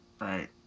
right